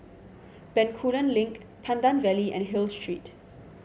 Bencoolen Link Pandan Valley and Hill Street